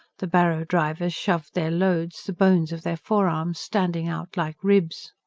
the barrow-drivers shoved their loads, the bones of their forearms standing out like ribs.